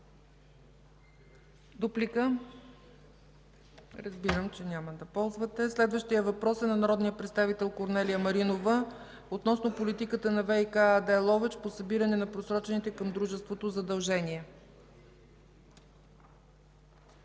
Дуплика? Разбирам, че няма да ползвате. Следващият въпрос е на народния представител Корнелия Маринова относно политиката на „ВиК” АД – Ловеч, по събиране на просрочените към дружеството задължения.